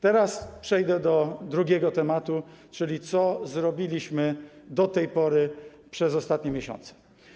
Teraz przejdę do drugiego tematu, czyli co zrobiliśmy do tej pory, przez ostatnie miesiące.